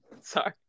Sorry